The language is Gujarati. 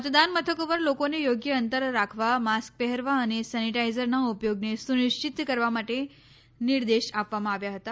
મતદાન મથકો પર લોકોને યોગ્ય અંતર રાખવા માસ્ક પહેરવા અને સનેટાઇઝરના ઉપયોગને સુનિશ્ચિત કરવા માટે નિર્દેશ આપવામાં આવ્યા હતા